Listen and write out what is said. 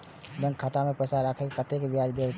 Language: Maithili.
बैंक खाता में पैसा राखे से कतेक ब्याज देते बैंक?